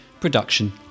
production